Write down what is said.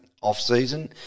off-season